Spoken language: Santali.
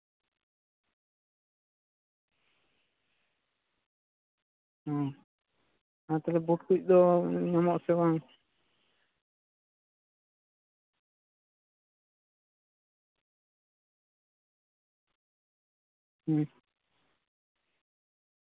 ᱦᱩᱸ ᱟᱨ ᱛᱟᱞᱦᱮ ᱵᱩᱴ ᱠᱚ ᱫᱚ ᱧᱟᱢᱚᱜ ᱟᱥᱮ ᱵᱟᱝ ᱦᱩᱸ